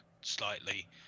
slightly